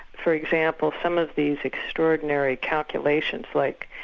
for example some of these extraordinary calculations like,